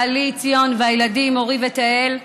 בעלי ציון והילדים אורי ותהל,